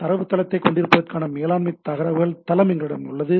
தரவுத்தளத்தைக் கொண்டிருப்பதற்கான மேலாண்மை தகவல் தளம் எங்களிடம் உள்ளது